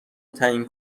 تعیین